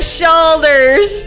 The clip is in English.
shoulders